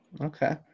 Okay